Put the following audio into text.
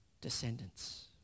descendants